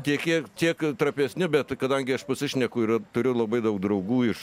tie kiek tiek trapesni bet kadangi aš pasišneku ir turiu labai daug draugų iš